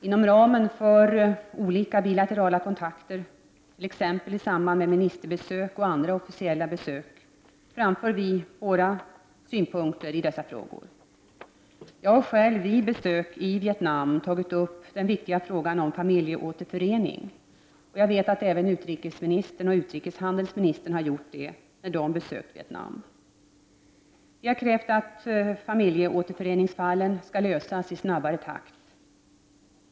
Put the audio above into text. Inom ramen för olika bilaterala kontakter, t.ex. i samband med ministerbesök och andra officiella besök, framför vi våra synpunkter i dessa frågor. Jag har själv vid besök i Vietnam tagit upp den viktiga frågan om familjeåterförening och jag vet att även utrikesministern och utrikeshandelsministern har gjort det, när de har besökt Vietnam. Vi har krävt att familjeåterföreningsfallen skall lösas i snabbare takt.